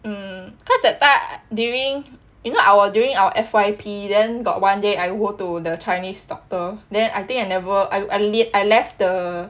hmm cause time during you know our during our F_Y_P then got one day I go to the chinese doctor then I think I never I left the